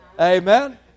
Amen